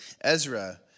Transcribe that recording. Ezra